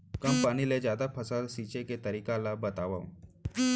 कम पानी ले जादा फसल सींचे के तरीका ला बतावव?